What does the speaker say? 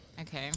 Okay